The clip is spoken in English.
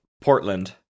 Portland